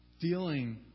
dealing